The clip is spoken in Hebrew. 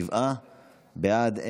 שבעה בעד.